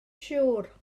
siŵr